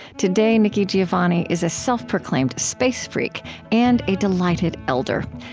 today, nikki giovanni is a self-proclaimed space freak and a delighted elder,